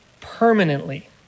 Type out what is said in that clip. permanently